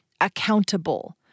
accountable